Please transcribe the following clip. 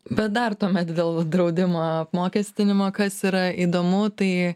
bet dar tuomet dėl draudimo apmokestinimo kas yra įdomu tai